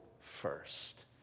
first